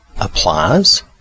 applies